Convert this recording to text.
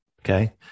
Okay